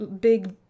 big